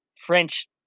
French